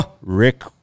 Rick